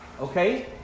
okay